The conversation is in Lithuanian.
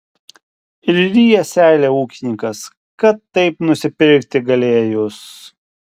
ir ryja seilę ūkininkas kad taip nusipirkti galėjus